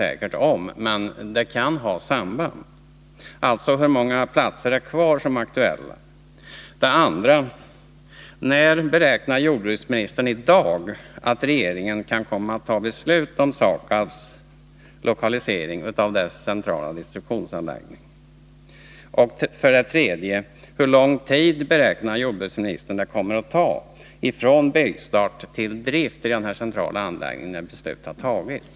Det vet jag ingenting säkert om, men det kan finnas ett samband. 2. När beräknar jordbruksministern i dag att regeringen kan komma att fatta ett beslut om lokaliseringen av SAKAB:s centrala destruktionsanläggning? 3. Hur lång tid beräknar jordbruksministern att det kommer att ta från byggstart till drift av denna centrala anläggning när beslut har fattats?